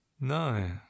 No